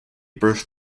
birth